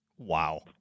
Wow